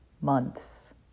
months